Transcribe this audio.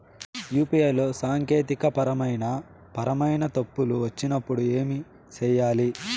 UPI లో సాంకేతికపరమైన పరమైన తప్పులు వచ్చినప్పుడు ఏమి సేయాలి